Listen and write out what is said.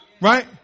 Right